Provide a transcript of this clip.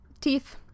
teeth